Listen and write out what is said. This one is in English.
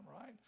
right